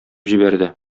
җибәрде